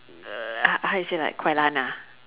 uh h~ how you say like guai-lan ah